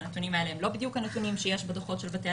והנתונים האלה הם לא בדיוק הנתונים שיש בדוחות של בתי